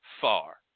far